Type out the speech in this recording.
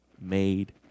made